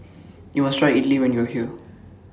YOU must Try Idly when YOU Are here